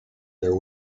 there